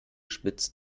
spitz